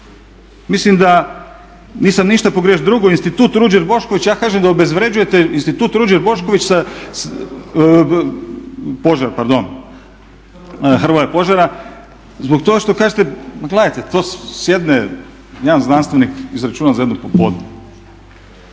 Mislim da nisam ništa pogriješio. Drugo, Institut "Ruđer Bošković" ja kažem da obezvređujete Institut, pardon Hrvoja Požara zbog toga što kažete pa gledajte to sjedne jedan znanstvenik izračuna za jedno popodne.